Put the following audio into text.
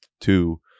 two